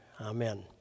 Amen